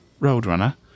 roadrunner